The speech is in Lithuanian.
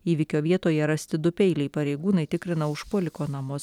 įvykio vietoje rasti du peiliai pareigūnai tikrina užpuoliko namus